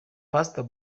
pastor